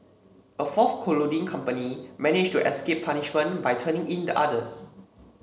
a fourth colluding company managed to escape punishment by turning in the others